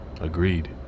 Agreed